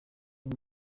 uyu